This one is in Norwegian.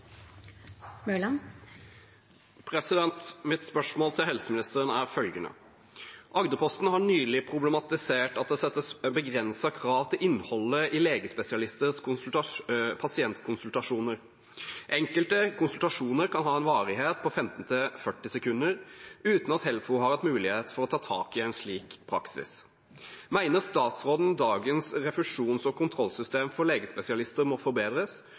sånn sammenheng. Mitt spørsmål til helseministeren er følgende: «Agderposten har nylig problematisert at det settes begrensede krav til innholdet i legespesialisters pasientkonsultasjoner. Enkelte konsultasjoner kan ha en varighet på 15 til 40 sekunder, uten at HELFO har hatt mulighet for å ta tak i en slik praksis. Mener statsråden dagens refusjons- og kontrollsystem for legespesialister må forbedres,